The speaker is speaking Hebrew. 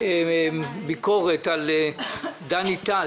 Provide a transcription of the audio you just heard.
ביקורת על דני טל,